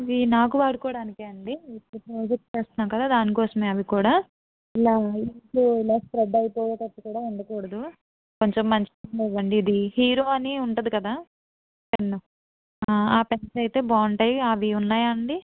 ఇవి నాకు వాడుకోడానికి అండి ఇప్పుడు ప్రాజెక్ట్ చేస్తున్నాం కదా దాని కోసమే అవి కూడా ఇలా ఇంక్ ఇలా స్ప్రెడ్ అయిపోయేటట్టు కూడా ఉండకూడదు కొంచెం మంచి పెన్ ఇవ్వండి ఇది హీరో అని ఉంటుంది కదా పెన్ను ఆ పెన్స్ అయితే బాగుంటాటాయి అవి ఉన్నాయా అండి